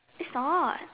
is not